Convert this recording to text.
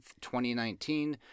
2019